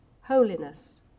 holiness